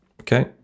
Okay